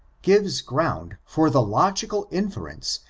gives ground for the logical inference,